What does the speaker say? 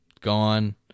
gone